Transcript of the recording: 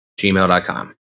gmail.com